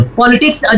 politics